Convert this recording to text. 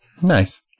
Nice